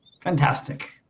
Fantastic